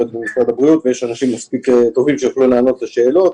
ויש אנשים מספיק טובים שיוכלו לענות על השאלות.